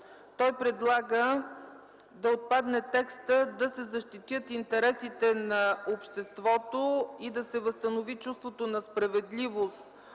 в ал. 1 да отпадне текста „да се защитят интересите на обществото и да се възстанови чувството на справедливост